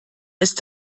ist